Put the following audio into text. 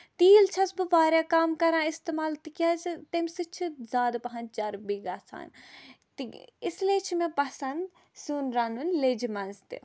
تیٖل چھَس بہٕ واریاہ کَم کران اِستعمال تِکیازِ تَمہِ سۭتۍ چھُ زیادٕ پَہن چربی گژھان اس لیے چھُ مےٚ پسند سیُن رَنُن لیجہِ منٛز تہِ